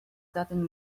gotten